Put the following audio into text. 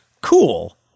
cool